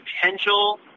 potential